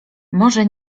może